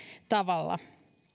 tavalla